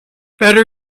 better